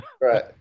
Right